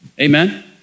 Amen